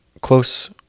close